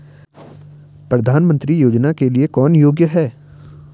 प्रधानमंत्री योजना के लिए कौन योग्य है?